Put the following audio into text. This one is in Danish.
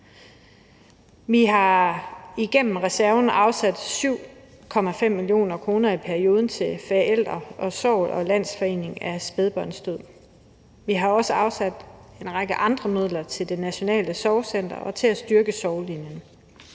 Vi har igennem reserven afsat 7,5 mio. kr. i perioden til Forældre & Sorg – Landsforeningen Spædbarnsdød. Vi har også afsat en række andre midler til Det Nationale Sorgcenter og til at styrke Sorglinjen.